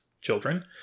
children